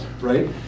right